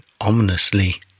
Ominously